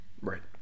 Right